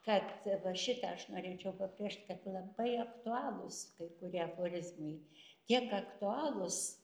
kad va šitą aš norėčiau pabrėžt kad labai aktualūs kai kurie aforizmai tiek aktualūs